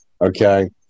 Okay